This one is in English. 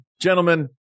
gentlemen